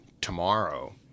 tomorrow